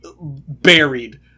buried